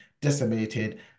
decimated